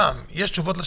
את מציגה אותם עכשיו,